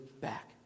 back